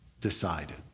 decided